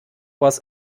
was